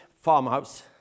farmhouse